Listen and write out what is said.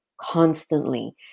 constantly